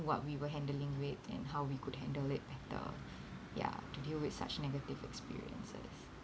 what we were handling with and how we could handle it better ya to deal with such negative experiences